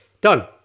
Done